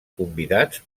convidats